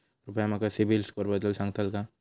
कृपया माका सिबिल स्कोअरबद्दल सांगताल का?